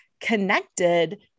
connected